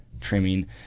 trimming